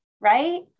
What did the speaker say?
right